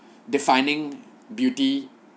defining beauty